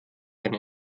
keine